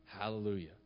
Hallelujah